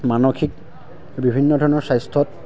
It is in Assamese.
মানসিক বিভিন্ন ধৰণৰ স্বাস্থ্যত